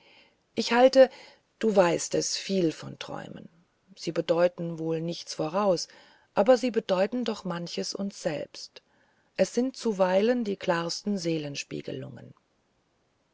ich halte du weißt es viel auf träume sie bedeuten wohl nichts voraus aber sie bedeuten doch manchmal uns selbst es sind zuweilen die klarsten